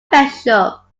special